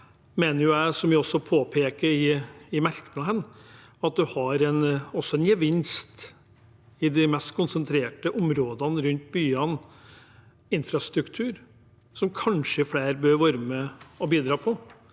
merknadene, at en har en gevinst i de mest konsentrerte områdene rundt byene i form av infrastruktur, som kanskje flere bør være med og bidra